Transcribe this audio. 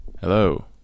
Hello